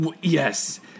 Yes